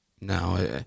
no